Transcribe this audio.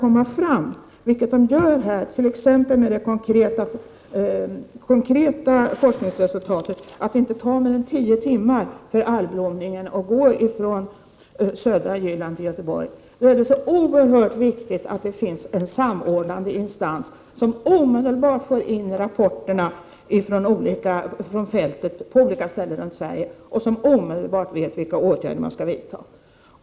Men när det kommer konkreta forskningsresultat som visar att det bara tar tio dagar för algblomningen att sprida sig från södra Jylland till Göteborg, då är det oerhört viktigt att det finns en samordnande instans som omedelbart får in rapporter från fältet och genast vet vilka åtgärder som skall vidtas.